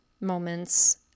moments